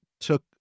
took